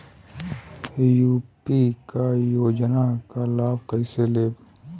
UP क योजना क लाभ कइसे लेब?